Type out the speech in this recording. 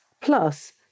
plus